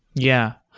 yeah,